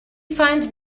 finds